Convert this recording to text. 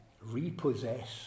repossess